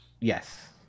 Yes